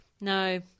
No